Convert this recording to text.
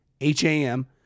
H-A-M